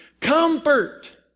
comfort